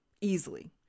easily